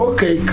Okay